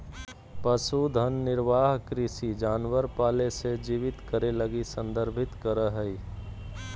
पशुधन निर्वाह कृषि जानवर पाले से जीवित करे लगी संदर्भित करा हइ